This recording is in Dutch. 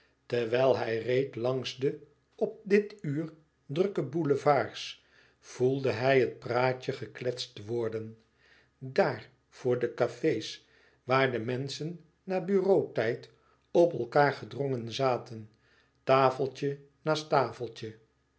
terwijl hij reed langs de op dit uur drukke boulevards voelde hij het praatje gekletst worden daar voor de café's waar de menschen na bureau tijd op elkaâr gedrongen zaten tafeltje naast tafeltje